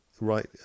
right